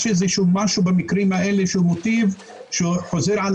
יש איזה שהוא משהו במקרים האלה שהוא מוטיב שחוזר על